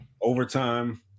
Overtime